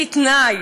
כתנאי